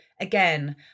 again